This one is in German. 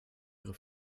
ihre